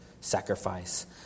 sacrifice